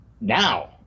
now